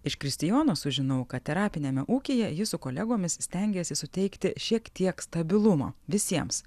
iš kristijono sužinau kad terapiniame ūkyje jis su kolegomis stengiasi suteikti šiek tiek stabilumo visiems